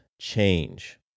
change